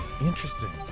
Interesting